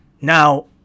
now